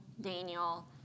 Daniel